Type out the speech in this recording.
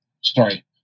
sorry